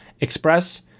express